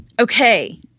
Okay